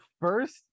first